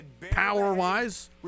power-wise